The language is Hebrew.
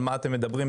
על מה אתם מדברים,